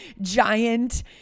giant